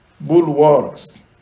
bulwarks